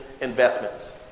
investments